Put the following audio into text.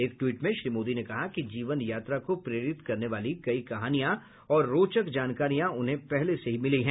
एक ट्वीट में श्री मोदी ने कहा कि जीवन यात्रा को प्रेरित करने वाली कई कहानियां और रोचक जानकारियां उन्हें पहले से ही मिली हैं